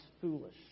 foolish